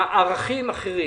ערכים אחרים.